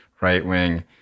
right-wing